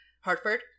Hartford